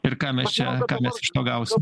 ir ką mes čia ką mes pagausim